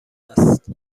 است